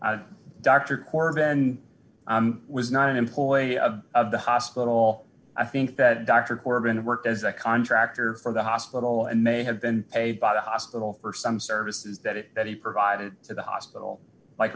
and was not an employee of the hospital i think that dr corbin worked as a contractor for the hospital and may have been a by the hospital for some services that it that he provided to the hospital like